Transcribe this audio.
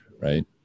right